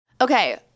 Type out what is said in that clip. Okay